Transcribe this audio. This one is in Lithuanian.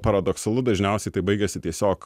paradoksalu dažniausiai tai baigiasi tiesiog